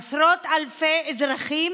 עשרות אלפי אזרחים,